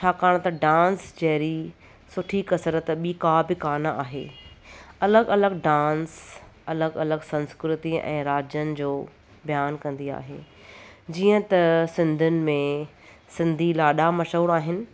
छाकाणि त डांस जहिड़ी सुठी कसरत ॿी का बि कान आहे अलॻि अलॻि डांस अलॻि अलॻि संस्कृति ऐं राजनि जो बयानु कंदी आहे जीअं त सिंधीयुनि में सिंधी लाॾा मशहूरु आहिनि